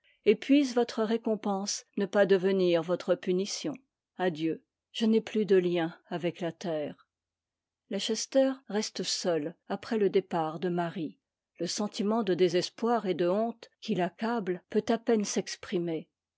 et puisse votre récompense ne pas devenir votre punition adieu je n'ai plus de lien avec la terre leicester reste seul après le départ de marie le sentiment de désespoir et de honte qui l'accable peut à peine s'exprimer